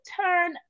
turn